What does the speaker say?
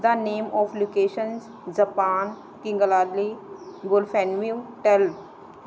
the name of locations Japan ਕਿੰਗਲਾਰਲੀ ਗੁਰਫੇਨਿਊ ਟੈੱਲ